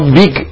big